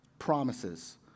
promises